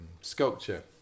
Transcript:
sculpture